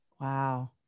Wow